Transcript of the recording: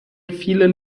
vielen